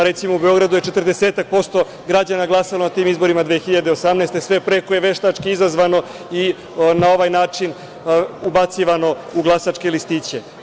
Recimo, u Beogradu je 40% građana glasalo na tim izborima 2018, a sve preko je veštački izazvano i na ovaj način ubacivano u glasačke listiće.